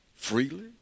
freely